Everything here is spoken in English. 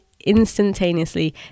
instantaneously